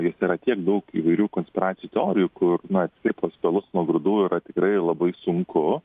juose yra tiek daug įvairių konspiracijų teorijų kur na atskirt tuos pelus nuo grūdų yra tikrai labai sunku